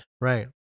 Right